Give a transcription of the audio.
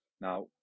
Now